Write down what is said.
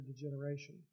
degeneration